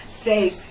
safe